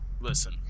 listen